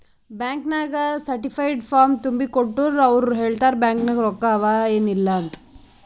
bank ನಾಗ್ certified form ತುಂಬಿ ಕೊಟ್ಟೂರ್ ಅವ್ರ ಹೇಳ್ತಾರ್ ಬ್ಯಾಂಕ್ ನಾಗ್ ರೊಕ್ಕಾ ಅವಾ ಏನ್ ಇಲ್ಲ ಅಂತ್